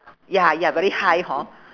ya ya very high hor